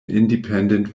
independent